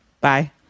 Bye